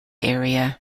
area